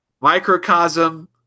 Microcosm